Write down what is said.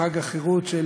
חג החירות של